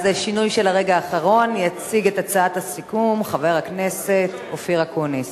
אז שינוי של הרגע האחרון: יציג את הצעת הסיכום חבר הכנסת אופיר אקוניס.